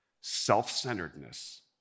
Self-centeredness